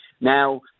now